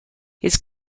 his